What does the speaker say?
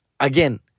Again